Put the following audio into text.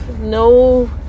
no